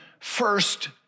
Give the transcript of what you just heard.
first